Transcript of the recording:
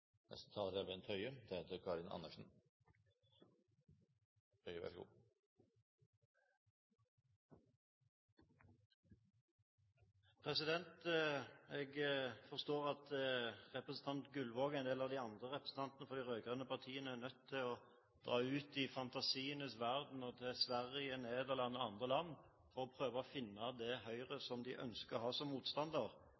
Jeg forstår at representanten Gullvåg og en del av de andre representantene fra de rød-grønne partiene er nødt til å dra ut i fantasiens verden og til Sverige, Nederland og andre land for å prøve å finne det